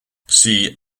see